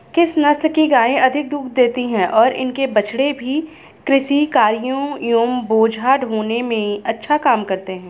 किस नस्ल की गायें अधिक दूध देती हैं और इनके बछड़े भी कृषि कार्यों एवं बोझा ढोने में अच्छा काम करते हैं?